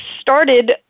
started